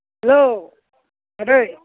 हेल' आदै